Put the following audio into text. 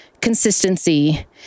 consistency